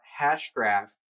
Hashgraph